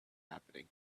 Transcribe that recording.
happening